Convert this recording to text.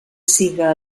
siga